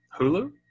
Hulu